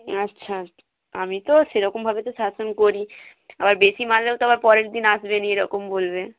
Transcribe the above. আচ্ছা আমি তো সেরকমভাবে তো শাসন করি আবার বেশি মারলেও তো আবার পরের দিন আসবে না এরকম বলবে